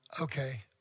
okay